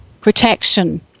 protection